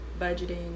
budgeting